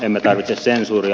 emme tarvitse sensuuria